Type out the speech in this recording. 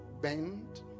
bend